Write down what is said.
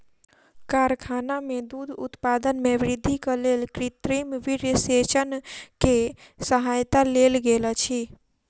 कारखाना में दूध उत्पादन में वृद्धिक लेल कृत्रिम वीर्यसेचन के सहायता लेल गेल अछि